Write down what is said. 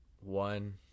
one